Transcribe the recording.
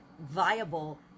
viable